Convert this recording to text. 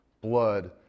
blood